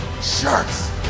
Sharks